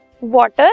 water